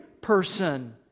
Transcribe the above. person